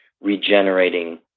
regenerating